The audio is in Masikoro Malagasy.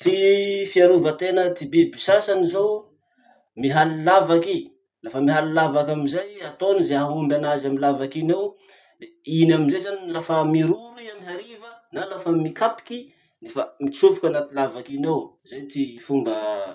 Ty fiarovatena ty biby sasany zao mihaly lavaky i. Lafa mihaly lavaky amizay i, ataony ze hahaomby anazy amy lavaky iny ao, le iny amizay zany lafa miroro i amy hariva na lafa mikapoky, lafa mitsofoky anaty lavaky iny ao. Zay ty fomba.